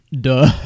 Duh